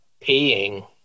Peeing